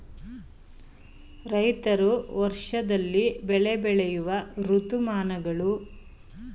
ರೈತರು ವರ್ಷದಲ್ಲಿ ಬೆಳೆ ಬೆಳೆಯುವ ಋತುಮಾನಗಳು ಯಾವುವು?